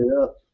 up